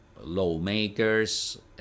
lawmakers